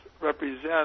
represent